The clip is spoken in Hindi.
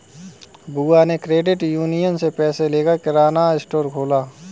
बुआ ने क्रेडिट यूनियन से पैसे लेकर किराना स्टोर खोला है